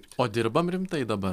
o dirbam rimtai dabar